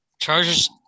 Chargers